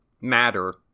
matter